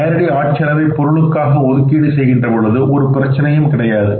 நேரடி ஆட் செலவை பொருளுக்காக ஒதுக்கீடு செய்கின்ற பொழுது ஒரு பிரச்சனையும் கிடையாது